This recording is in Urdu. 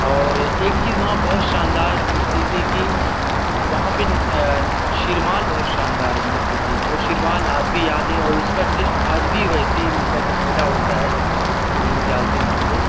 اور ایک چیز وہاں بہت شاندار ملتی تھی کہ وہاں پہ شیرمال بہت شاندار ملتی تھی وہ شیرمال آج بھی یاد ہے اور اس کا ٹیسٹ آج بھی ویسے ہی ملتا ہے جب میلا ہوتا ہے تو ہم لوگ جاتے ہیں وہاں پہ